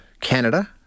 Canada